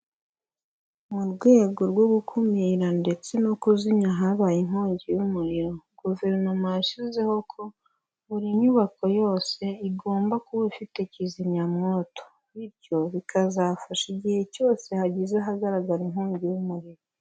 Mu rwego rwo gukumira ndetse no kuzimya ahabaye inkongi y'umuriro, guverinoma yashyizeho ko buri nyubako yose igomba kuba ifite kizimyamwoto bityo bikazafasha igihe cyose hagize ahagaragara inkongi y'umuriro.